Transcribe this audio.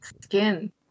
skin